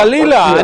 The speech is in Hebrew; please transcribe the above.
חלילה.